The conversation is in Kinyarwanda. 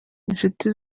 inshuti